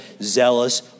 zealous